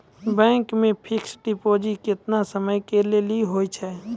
Bank मे fixed deposit केतना समय के लेली होय छै?